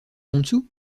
montsou